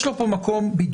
יש לו פה מקום בידוד.